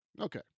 Okay